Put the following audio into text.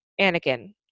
Anakin